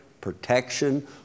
protection